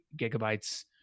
gigabytes